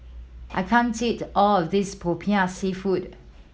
I can't eat all of this Popiah Seafood